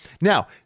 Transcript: Now